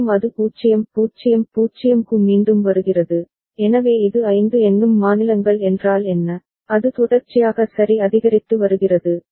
மீண்டும் அது 0 0 0 க்கு மீண்டும் வருகிறது எனவே இது 5 எண்ணும் மாநிலங்கள் என்றால் என்ன அது தொடர்ச்சியாக சரி அதிகரித்து வருகிறது